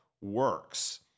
works